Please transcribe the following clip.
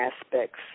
aspects